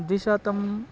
द्विशातम्